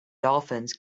dolphins